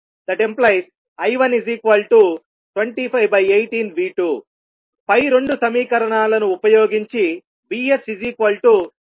518V2 పై రెండు సమీకరణాలను ఉపయోగించి VS272